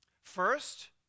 First